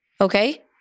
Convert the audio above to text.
Okay